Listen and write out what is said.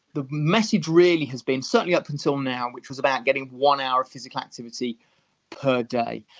the message really has been, certainly up until now, which was about getting one hour of physical activity per day,